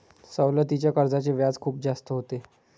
सवलतीच्या कर्जाचे व्याज खूप जास्त होते